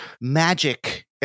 magic